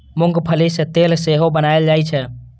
मूंंगफली सं तेल सेहो बनाएल जाइ छै